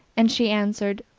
and she answered,